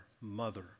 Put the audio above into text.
mother